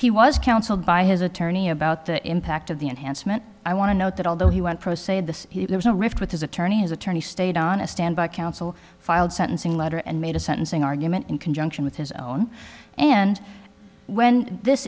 he was counseled by his attorney about the impact of the enhancement i want to note that although he went pro se this was a rift with his attorney his attorney stayed on a standby counsel filed sentencing letter and made a sentencing argument in conjunction with his own and when this